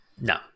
No